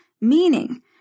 meaning